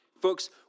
Folks